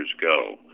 go